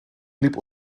blieb